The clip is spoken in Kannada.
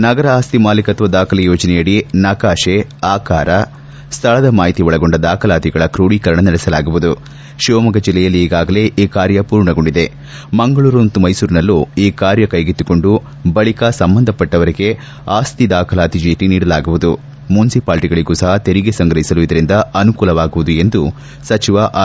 ನಗರ ಆಸ್ತಿ ಮಾಲೀಕತ್ವ ದಾಖಲೆ ಯೋಜನೆಯಡಿ ನಕಾಶೆ ಆಕಾರ ಸ್ಥಳದ ಮಾಹಿತಿ ಒಳಗೊಂಡ ದಾಖಲಾತಿಗಳ ಕ್ರೂಢೀಕರಣ ನಡೆಸಲಾಗುವುದು ಶಿವಮೊಗ್ಗ ಜಲ್ಲೆಯಲ್ಲಿ ಈಗಾಗಲೇ ಈ ಕಾರ್ಯ ಪೂರ್ಣಗೊಂಡಿದೆ ಮಂಗಳೂರು ಮತ್ತು ಮೈಸೂರಿನಲ್ಲೂ ಈ ಕಾರ್ಯವನ್ನು ಕೈಗೆತ್ತಿಕೊಂಡು ಬಳಕ ಸಂಬಂಧಿಸಿದವರಿಗೆ ಆಸ್ತಿ ದಾಖಲಾತಿ ಚೀಟಿ ನೀಡಲಾಗುವುದು ಮುನ್ಸಿಪಾಲ್ಲಿಗಳಗೂ ಸಪ ತೆರಿಗೆ ಸಂಗ್ರಹಿಸಲು ಇದರಿಂದ ಅನುಕೂಲವಾಗುವುದು ಎಂದು ಸಚಿವ ಆರ್